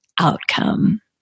outcome